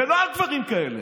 ולא על דברים כאלה,